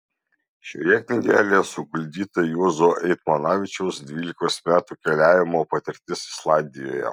šioje knygelėje suguldyta juozo eitmanavičiaus dvylikos metų keliavimo patirtis islandijoje